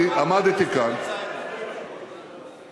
עמדתי כאן, אדוני,